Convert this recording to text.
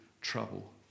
trouble